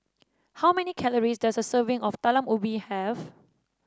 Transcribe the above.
how many calories does a serving of Talam Ubi have